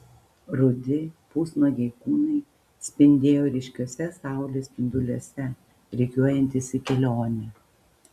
rudi pusnuogiai kūnai spindėjo ryškiuose saulės spinduliuose rikiuojantis į kelionę